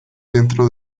dentro